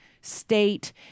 state